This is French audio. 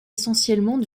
essentiellement